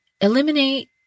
eliminate